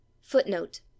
Footnote